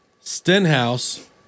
Stenhouse